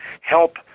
help